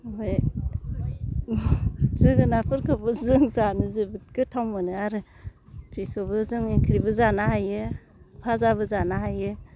आमफाय जोगोनारफोरखौबो जों जानो जोबोद गोथाव मोनो आरो बिखौबो जों ओंख्रिबो जानो हायो भाजाबो जानो हायो